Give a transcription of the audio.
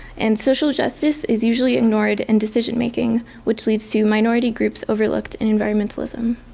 and social justice is usually ignored and decision-making which leads to minority groups overlooked in environmentalism.